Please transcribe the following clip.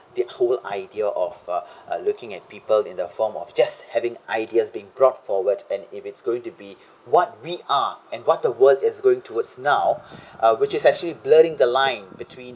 the whole idea of uh uh looking at people in the form of just having ideas being brought forward and if it's going to be what we are and what the world is going towards now uh which is actually blurring the line between